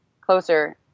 closer